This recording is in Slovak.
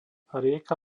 rieka